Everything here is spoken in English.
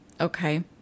Okay